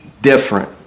different